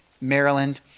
Maryland